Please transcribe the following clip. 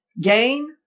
gain